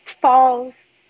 falls